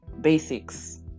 Basics